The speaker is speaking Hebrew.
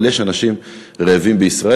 אבל יש אנשים רעבים בישראל.